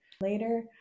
later